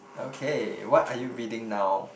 okay what are you reading now